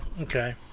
Okay